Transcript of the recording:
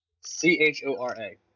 C-H-O-R-A